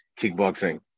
kickboxing